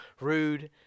rude